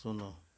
ଶୂନ